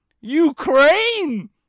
Ukraine